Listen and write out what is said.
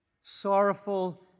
sorrowful